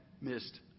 missed